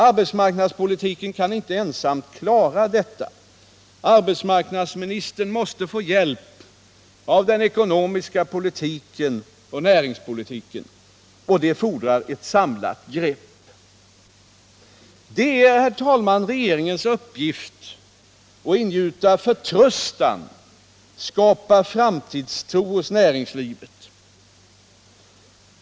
Arbetsmarknadspolitiken kan inte ensam klara detta. Arbetsmarknadsmi nistern måste få hjälp av den ekonomiska politiken och näringspolitiken, och det fordrar ett samlat grepp. Det är, herr talman, regeringens uppgift att ingjuta förtröstan, skapa framtidstro hos näringslivet.